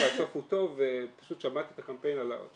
אני דווקא רוצה לרכז את ההתייחסות שלי לנושא של קנטניל.